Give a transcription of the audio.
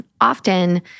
often